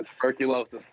tuberculosis